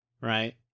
right